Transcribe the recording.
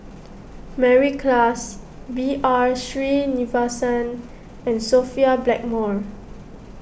Mary Klass B R Sreenivasan and Sophia Blackmore